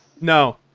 No